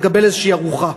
לקבל איזושהי ארוחה.